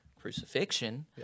crucifixion